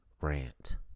rant